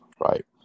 right